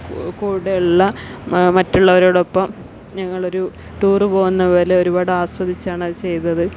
കൂടെയുള്ള മറ്റുള്ളവരോടൊപ്പം ഞങ്ങളൊരു ടൂർ പോകുന്നത് പോലെ ഒരുപാട് ആസ്വദിച്ചാണ് അത് ചെയ്തത്